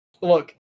Look